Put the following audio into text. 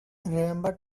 remember